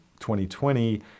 2020